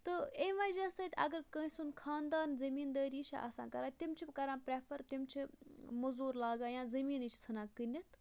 تہٕ اَمہِ وَجہ سۭتۍ اگر کٲنٛسہِ ہُنٛد خانٛدان زٔمیٖندٲری چھِ آسان کَران تِم چھِ کران پرٛیفر تِم چھِ موٚزوٗر لاگان یا زٔمیٖنٕے چھِ ژھٕنان کٕنِتھ